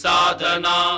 Sadhana